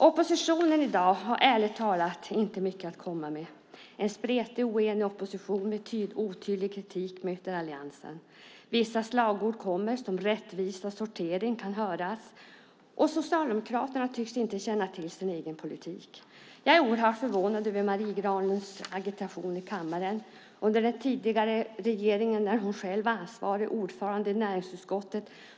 Oppositionen i dag har ärligt talat inte mycket att komma med. En spretig oenig opposition med otydlig kritik möter alliansen. Det kommer vissa slagord, som rättvisa och sortering. Och Socialdemokraterna tycks inte känna till sin egen politik. Jag är oerhört förvånad över Marie Granlunds agitation i kammaren. Under den tidigare regeringen var hon ansvarig ordförande i näringsutskottet.